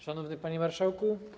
Szanowny Panie Marszałku!